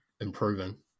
improving